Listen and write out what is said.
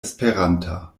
esperanta